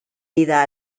vida